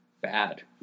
bad